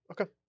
Okay